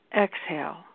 exhale